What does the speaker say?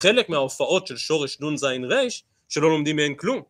חלק מההופעות של שורש נון זין רש שלא לומדים מהן כלום